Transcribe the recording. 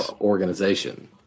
organization